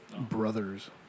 Brothers